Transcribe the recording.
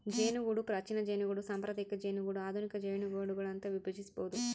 ಜೇನುಗೂಡು ಪ್ರಾಚೀನ ಜೇನುಗೂಡು ಸಾಂಪ್ರದಾಯಿಕ ಜೇನುಗೂಡು ಆಧುನಿಕ ಜೇನುಗೂಡುಗಳು ಅಂತ ವಿಭಜಿಸ್ಬೋದು